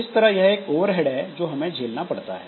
इस तरह यह एक ओवरहेड है जो हमें झेलना पड़ता है